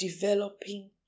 developing